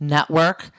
Network